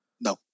No